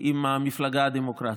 עם המפלגה הדמוקרטית,